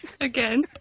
Again